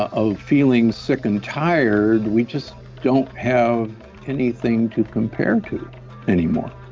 of feeling sick and tired, we just don't have anything to compare to anymore.